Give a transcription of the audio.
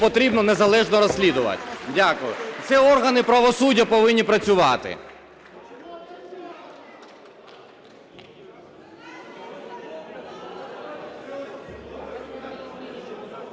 потрібно незалежно розслідувати. Дякую. Це органи правосуддя повинні працювати.